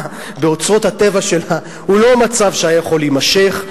באוצרות הטבע שלה הוא לא מצב שהיה יכול להימשך,